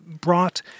brought